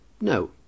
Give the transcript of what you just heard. No